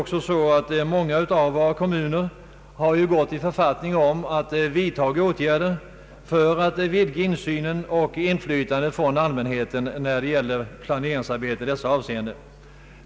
Många av våra kommuner har gått i författning om åtgärder för att vidga insynen och inflytandet från allmänheten när det gäller planeringsarbetet i detta avseende.